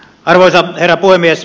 arvoisa herra puhemies